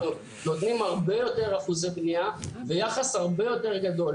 אנחנו נותנים הרבה יותר אחוזי בנייה ויחס הרבה יותר גדול